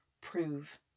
prove